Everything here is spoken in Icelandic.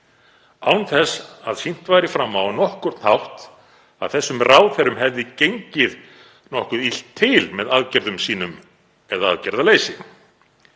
án þess að sýnt væri fram á það á nokkurn hátt að þeim ráðherrum hefði gengið nokkuð illt til með aðgerðum sínum eða aðgerðaleysi.